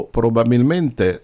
probabilmente